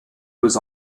was